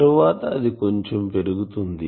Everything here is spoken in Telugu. తరువాత అది కొంచెం పెరుగుతుంది